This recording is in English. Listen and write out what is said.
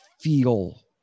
feel